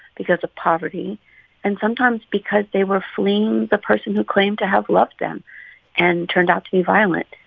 because of poverty and, sometimes, because they were fleeing the person who claimed to have loved them and turned out to be violent.